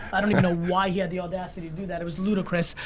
i don't even know why he had the audacity to do that, it was ludicrous.